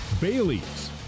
Bailey's